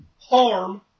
harm